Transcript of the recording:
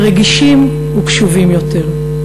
רגישים וקשובים יותר.